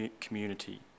community